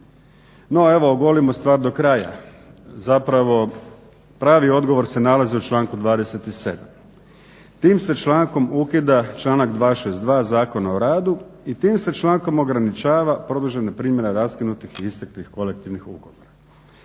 No, evo ogolimo stvar do kraja. Zapravo pravi odgovor se nalazi u članku 27. Tim se člankom ukida članak 262. Zakona o radu i tim se člankom ograničava produžena primjena raskinutih i isteklih kolektivnih ugovora.